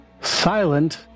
Silent